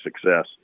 success